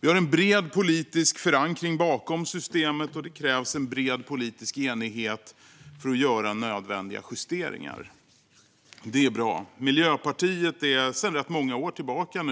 Vi har en bred politisk förankring bakom systemet, och det krävs en bred politisk enighet för att göra nödvändiga justeringar. Det är bra. Miljöpartiet är sedan rätt många år tillbaka